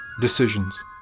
Decisions